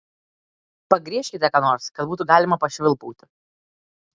pagriežkite ką nors kad būtų galima pašvilpauti